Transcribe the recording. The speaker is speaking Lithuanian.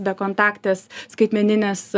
bekontaktės skaitmeninės